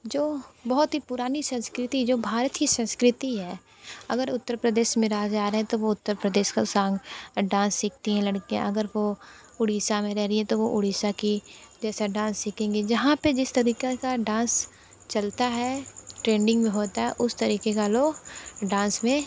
जो बहुत ही पुरानी संस्कृति जो भारत की संस्कृति है अगर उत्तर प्रदेश में रहा जा रहा तो वो उत्तर प्रदेश का सांग डांस सीखती हैं लड़कियाँ अगर वो उड़ीसा में रह रही तो वो उड़ीसा की जैसा डांस सीखेंगी जहाँ पर जिस तरीका का डांस चलता है ट्रेंडिंग में होता है उस तरीके का वो डांस में